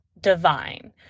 divine